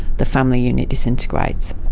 the family unit disintegrates.